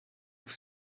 with